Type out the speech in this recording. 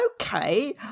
Okay